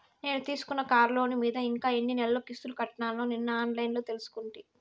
నేను తీసుకున్న కార్లోను మీద ఇంకా ఎన్ని నెలలు కిస్తులు కట్టాల్నో నిన్న ఆన్లైన్లో తెలుసుకుంటి